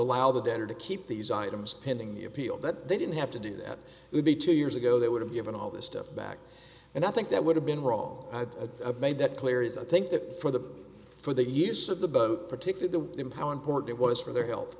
allow the debtor to keep these items pending the appeal that they didn't have to do that would be two years ago they would have given all the stuff back and i think that would have been wrong a made that clear is i think that for the for the use of the boat particular the empower important it was for their health